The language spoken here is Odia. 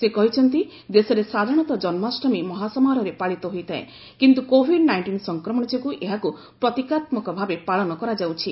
ସେ କହିଛନ୍ତି ଦେଶରେ ସାଧାରଣତଃ ଜନ୍ମାଷ୍ଟମୀ ମହାସମାରୋହରେ ପାଳିତ ହୋଇଥାଏ କିନ୍ତୁ କୋଭିଡ୍ ନାଇଣ୍ଟିନ୍ ସଂକ୍ରମଣ ଯୋଗୁଁ ଏହାକୁ ପ୍ରତୀକାତ୍ମକ ଭାବେ ପାଳନ କରାଯାଉଛି